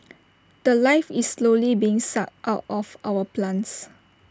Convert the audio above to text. The Life is slowly being sucked out of our plants